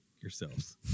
yourselves